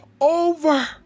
over